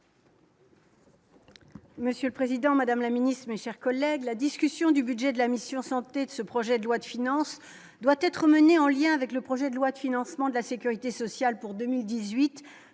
Monsieur le Président, Madame la Ministre, mes chers collègues, la discussion du budget de la mission santé de ce projet de loi de finances doit être menée en lien avec le projet de loi de financement de la Sécurité sociale pour 2018,